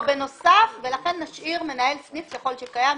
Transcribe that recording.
לכן לא נוסיף אותו בנוסף ולכן נשאיר מנהל סניף ככל שקיים,